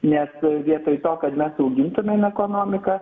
nes vietoj to kad mes augintumėm ekonomiką